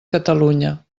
catalunya